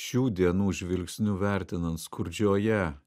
šių dienų žvilgsniu vertinant skurdžioje